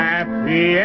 Happy